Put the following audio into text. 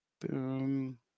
Boom